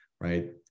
right